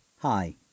Hi